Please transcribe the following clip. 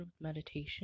meditation